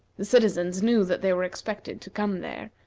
the citizens knew that they were expected to come there,